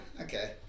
Okay